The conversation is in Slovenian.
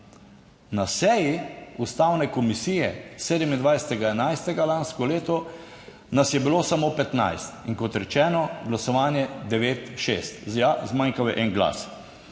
na seji Ustavne komisije 27. 11. lansko leto, nas je bilo samo 15 in kot rečeno, glasovanje 9:6, ja, zmanjkal en glas.